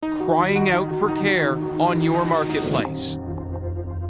and crying out for care on your marketplace.